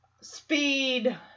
speed